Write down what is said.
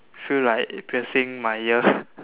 feel like piercing my ear